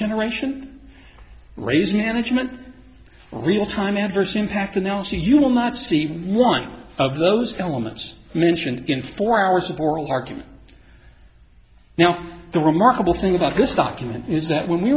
generation raise management real time adverse impact analogy you will not see one of those elements mentioned in four hours of oral argument now the remarkable thing about this document is that when we